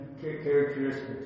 characteristics